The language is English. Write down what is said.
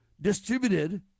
distributed